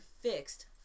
fixed